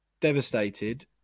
devastated